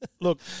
look